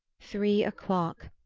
three o'clock!